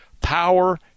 power